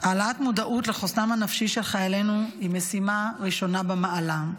העלאת מודעות לחוסנם הנפשי של חיילינו היא משימה ראשונה במעלה.